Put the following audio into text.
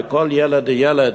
וכל ילד וילד,